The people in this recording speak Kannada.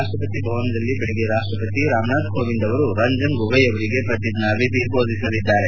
ರಾಷ್ಟಪತಿ ಭವನದಲ್ಲಿ ಬೆಳಗ್ಗೆ ರಾಷ್ಟಪತಿ ರಾಮನಾಥ್ ಕೋವಿಂದ್ ಅವರು ರಂಜನ್ ಗೋಗೊಯಿ ಅವರಿಗೆ ಪ್ರತಿಜ್ಞಾ ವಿಧಿ ಬೋಧಿಸಲಿದ್ದಾರೆ